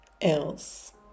else